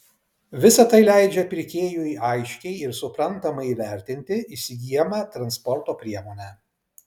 visa tai leidžia pirkėjui aiškiai ir suprantamai įvertinti įsigyjamą transporto priemonę